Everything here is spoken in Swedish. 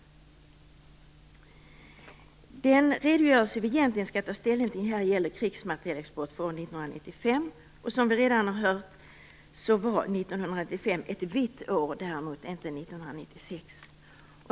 Den redogörelse som vi egentligen skall ta ställning till gäller krigsmaterielexport för år 1995. Som vi redan har hört var 1995 ett vitt år. Det var däremot inte 1996.